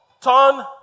turn